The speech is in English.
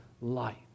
light